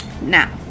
now